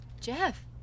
Jeff